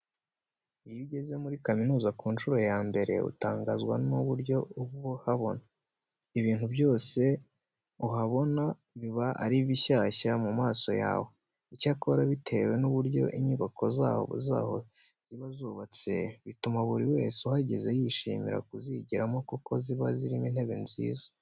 Iyo ugeze muri kaminuza ku nshuro ya mbere utangazwa n'uburyo uba uhabona. Ibintu byose uhabona biba ari bishyashya mu maso yawe. Icyakora bitewe n'uburyo inyubako zaho ziba zubatse, bituma buri wese uhageze yishimira kuzigiramo kuko ziba zirimo n'intebe nziza.